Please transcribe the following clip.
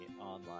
online